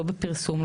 לא בפרסום,